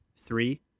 three